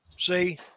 See